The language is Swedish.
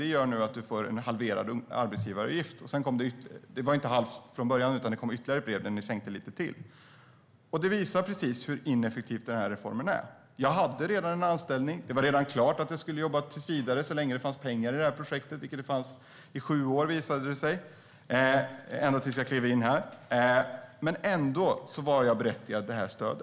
Det gör att du nu får en sänkt arbetsgivaravgift. Arbetsgivaravgiften var inte halverad från början, utan det kom sedan ytterligare ett brev om att den hade sänkts lite till. Detta visar hur ineffektiv reformen är. Jag hade redan en anställning. Det var redan klart att jag skulle jobba tills vidare, så länge det fanns pengar i projektet - i sju år, skulle det visa sig, ända tills jag klev in här - men ändå var jag berättigad till stöd.